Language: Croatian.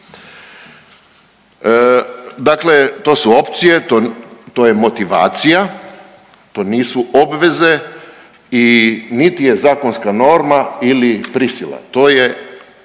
Dakle, to su opcije, to je motivacija, to nisu obveze i niti je zakonska norma ili prisila. To je